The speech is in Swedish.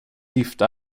gifta